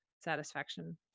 Satisfaction